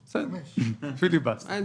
שנים.